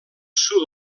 sud